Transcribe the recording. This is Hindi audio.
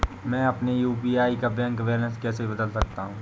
मैं अपने यू.पी.आई का बैंक खाता कैसे बदल सकता हूँ?